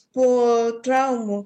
po traumų